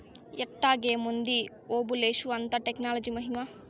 ఎట్టాగేముంది ఓబులేషు, అంతా టెక్నాలజీ మహిమా